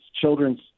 children's